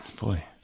Boy